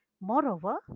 Moreover